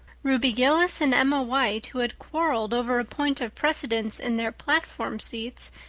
ruby gillis and emma white, who had quarreled over a point of precedence in their platform seats,